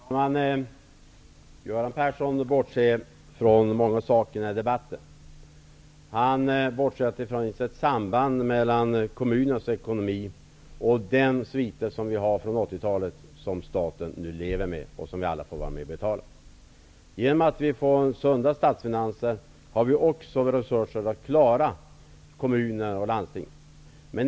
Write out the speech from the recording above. Herr talman! Göran Persson bortser från många saker i debatten. Han bortser från att det finns ett samband mellan kommunernas ekonomi och de sviter efter 80-talet som staten nu lever med, som vi alla får vara med och betala. Genom att vi får sunda statsfinanser har vi också resurser att klara kommuner och landsting.